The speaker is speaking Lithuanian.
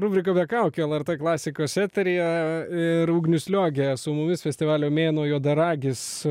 rubrika be kaukių lrt klasikos eteryje ir ugnius liogė su mumis festivalio mėnuo juodaragis